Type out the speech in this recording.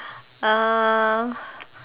uh